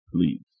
Please